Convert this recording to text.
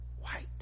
white